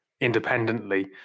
independently